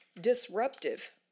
disruptive